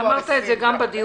אמרת את זה גם בדיון